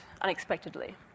unexpectedly